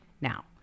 Now